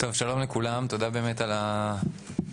שלום לכולם, תודה על הדיון.